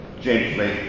gently